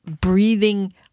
breathing